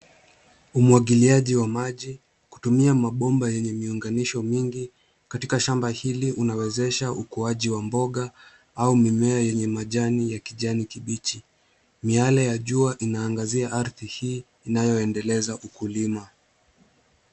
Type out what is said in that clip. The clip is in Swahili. Umwagiliaji wa maji kutumia mabomba yenye miunganisho mingi katika shamba hili, unawezesha ukuaji wa mboga au mimea yenye majani ya kijani kibichi. Miale ya jua inaangazia ardhi hii inayoendeleza ukulima.